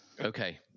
okay